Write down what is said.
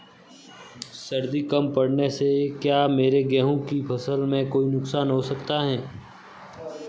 सर्दी कम पड़ने से क्या मेरे गेहूँ की फसल में कोई नुकसान हो सकता है?